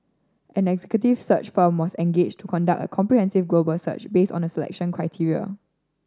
an executive search firm was engaged to conduct a comprehensive global search based on the selection criteria